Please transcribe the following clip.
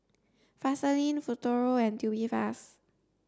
Vaselin Futuro and Tubifast